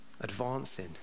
advancing